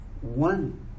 one